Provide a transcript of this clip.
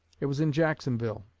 it was in jacksonville,